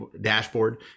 dashboard